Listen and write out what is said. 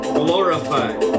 glorified